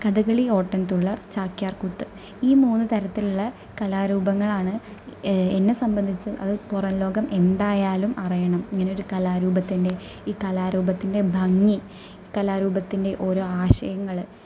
കഥകളി ഓട്ടന്തുള്ളല് ചാക്യാര്കൂത്ത് ഈ മൂന്നു തരത്തിലുള്ള കലാരൂപങ്ങളാണ് എന്നെ സംബന്ധിച്ച് അത് പുറം ലോകം എന്തായാലും അറിയണം ഇങ്ങനെയൊരു കലാരൂപത്തിന്റെ ഈ കലാരൂപത്തിന്റെ ഭംഗി ഈ കലാരൂപത്തിന്റെ ഓരോ ആശയങ്ങള്